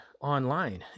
online